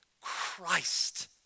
Christ